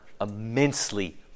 immensely